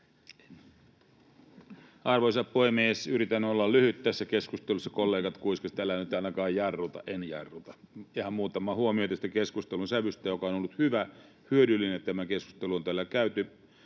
Arvoisa puhemies! Yritän olla lyhyt tässä keskustelussa. Kollegat kuiskasivat, että älä nyt ainakaan jarruta — en jarruta. Ihan muutama huomio tästä keskustelun sävystä, joka on ollut hyvä, ja hyödyllinen tämä keskustelu, jota on täällä käyty.